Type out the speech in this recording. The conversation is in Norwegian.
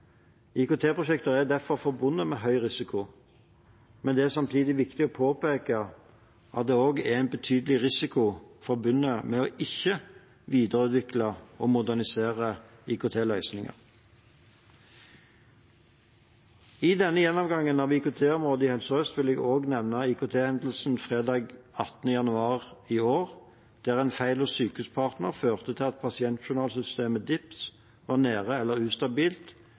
er derfor forbundet med høy risiko, men det er samtidig viktig å påpeke at det også er en betydelig risiko forbundet med det å ikke videreutvikle og modernisere IKT-løsningene. I denne gjennomgangen av IKT-området i Helse Sør-Øst vil jeg også nevne IKT-hendelsen fredag 18. januar i år, der en feil hos Sykehuspartner førte til at pasientjournalsystemet DIPS var nede eller ustabilt